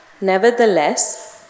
Nevertheless